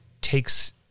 takes